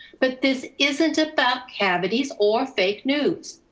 but this isn't about cavities or fake news.